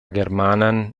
germanan